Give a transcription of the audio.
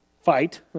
fight